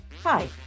Hi